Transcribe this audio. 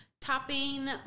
topping